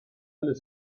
alle